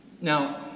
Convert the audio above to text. Now